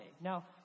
Now